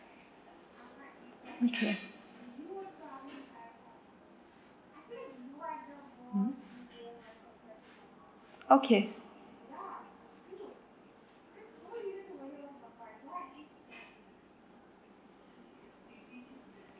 okay mmhmm okay